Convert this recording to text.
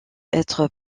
être